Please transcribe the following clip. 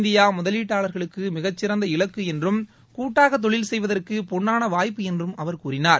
India முதலீட்டாளர்களுக்கு மிகச் சிறந்த இலக்கு என்றும் கூட்டாக தொழில் செய்வதற்கு பொன்னான வாய்ப்பு என்றும் அவர் கூறினார்